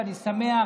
ואני שמח